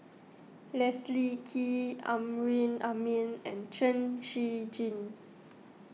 Leslie Kee Amrin Amin and Chen Shiji